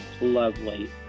lovely